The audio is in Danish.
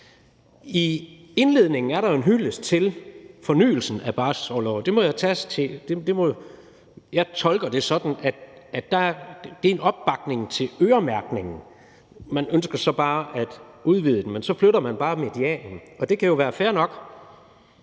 I indledningen er der jo en hyldest til fornyelsen af barselsorloven, og jeg tolker det sådan, at det er en opbakning til øremærkningen; man ønsker så bare at udvide den, men så flytter man bare medianen. Og det kan jo være fair nok,